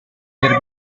per